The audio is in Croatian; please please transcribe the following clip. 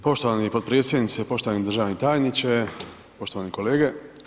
Poštovani potpredsjedniče, poštovani državni tajniče, poštovani kolege.